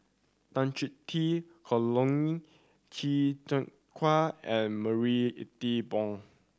Tan Chong Tee Colin Qi Zhe Quan and Marie Ethel Bong